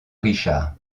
richard